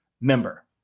member